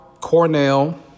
Cornell